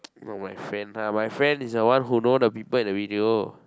not my friend lah my friend is the one who know the people in the video